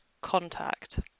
contact